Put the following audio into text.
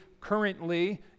currently